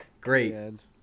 Great